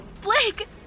Blake